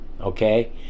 Okay